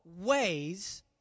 ways